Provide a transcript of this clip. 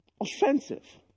offensive